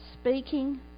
speaking